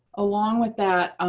along with that,